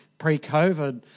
pre-COVID